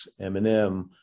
Eminem